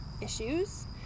issues